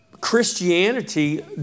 Christianity